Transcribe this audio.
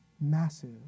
massive